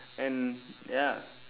and ya